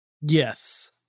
Yes